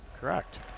correct